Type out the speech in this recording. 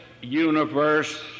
universe